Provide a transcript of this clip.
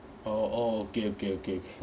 oh oh okay okay okay